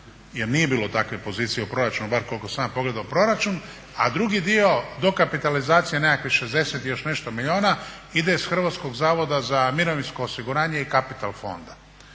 jer nije bilo takve pozicije u proračunu bar koliko sam ja pogledao proračun, a drugi dio dokapitalizacije nekakvih 60 i još nešto milijuna ide iz HZMO i Capital fonda.